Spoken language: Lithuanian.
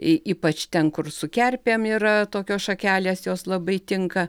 ypač ten kur su kerpėm yra tokios šakelės jos labai tinka